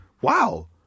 Wow